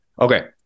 Okay